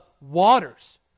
waters